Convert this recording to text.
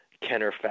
Kenner –